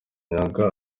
myanya